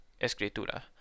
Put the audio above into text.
Escritura